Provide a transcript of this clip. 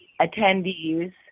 attendees